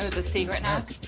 the secret knock?